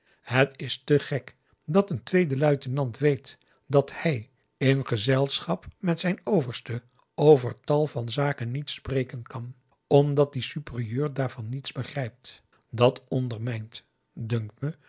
het is te gek dat een tweede luitenant weet dat hij in gezelschap met zijn overste over tal van zaken niet spreken kan omdat die superieur daarvan niets begrijpt dat ondermijnt dunkt me